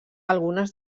algunes